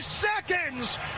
seconds